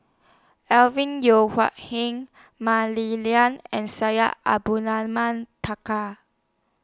Alvin Yeo Hai Mah Li Lian and Syed Abdulrahman